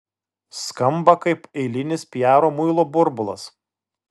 skamba kaip eilinis piaro muilo burbulas